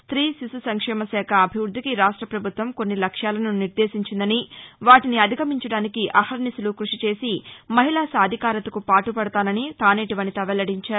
స్టీ శిశు సంక్షేమ శాఖ అభివృద్దికి రాష్ట ప్రభుత్వం కొన్ని లక్ష్యాలను నిర్దేశించిందని వాటీని అధిగమించడానికి అహర్నిశలు క కృషి చేసి మహిళా సాధికారతకు పాటుపడతానని తానేటి వనిత వెల్లడించారు